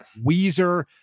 Weezer